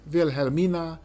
Wilhelmina